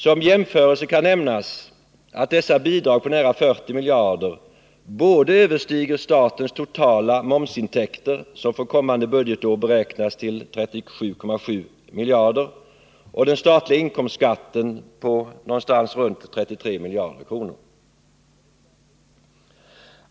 Som jämförelse kan nämnas att dessa bidrag på nära 40 miljarder både överstiger statens totala momsintäkter, som för kommande budgetår beräknas till 37 ,/ miljarder, och den statliga inkomstskatten på omkring 33 miljarder kronor.